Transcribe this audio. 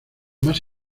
más